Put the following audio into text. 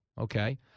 Okay